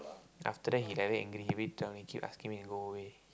after that he very angry he keep tell me keep asking me to go away